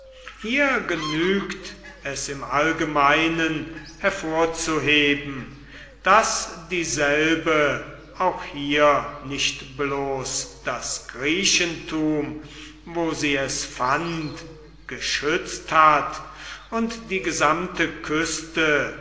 hier genügt es im allgemeinen hervorzuheben daß dieselbe auch hier nicht bloß das griechentum wo sie es fand geschützt hat und die gesamte küste